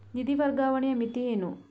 ನಿಧಿ ವರ್ಗಾವಣೆಯ ಮಿತಿ ಏನು?